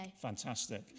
Fantastic